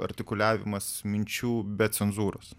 artikuliavimas minčių be cenzūros